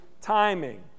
Timing